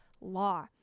law